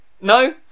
no